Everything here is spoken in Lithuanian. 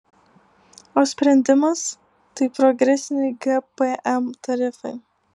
o sprendimas tai progresiniai gpm tarifai